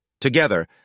Together